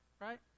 Right